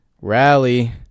Rally